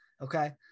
Okay